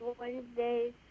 Wednesdays